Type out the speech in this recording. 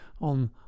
on